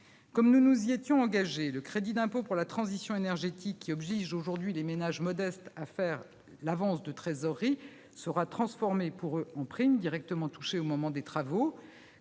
Comme nous nous y étions engagés, le crédit d'impôt pour la transition énergétique, qui oblige aujourd'hui les ménages modestes à faire l'avance de trésorerie, sera transformé pour eux en prime directement touchée au moment des travaux.